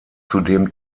zudem